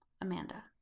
Amanda